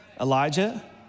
Elijah